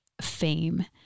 fame